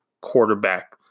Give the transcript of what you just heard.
quarterback